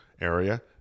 area